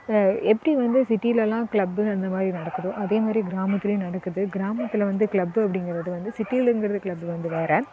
எப்படி வந்து சிட்டிலெல்லாம் கிளப்பு அந்த மாதிரி நடக்குதோ அதே மாதிரி கிராமத்துலேயும் நடக்குது கிராமத்தில் வந்து கிளப்பு அப்படிங்குறது வந்து சிட்டிலெங்கிறது கிளப்பு வந்து வேறு